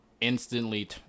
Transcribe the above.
instantly